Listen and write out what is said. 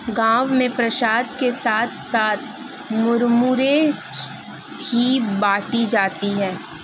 गांव में प्रसाद के साथ साथ मुरमुरे ही बाटी जाती है